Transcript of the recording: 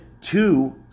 Two